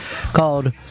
called